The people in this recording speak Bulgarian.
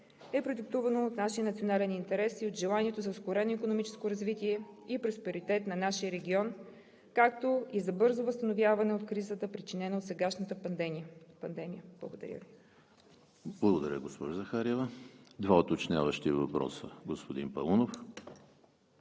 е продиктувано от нашия национален интерес и от желанието за ускорено икономическо развитие и просперитет на нашия регион, както и за бързо възстановяване от кризата, причинена от сегашната пандемия. Благодаря Ви. ПРЕДСЕДАТЕЛ ЕМИЛ ХРИСТОВ: Благодаря, госпожо Захариева. Два уточняващи въпроса – господин Паунов.